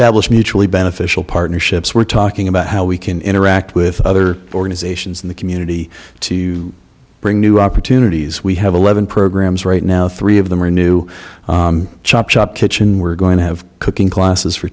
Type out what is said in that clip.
established mutually beneficial partnerships we're talking about how we can interact with other organizations in the community to bring new opportunities we have eleven programs right now three of them are new chop shop kitchen we're going to have cooking classes for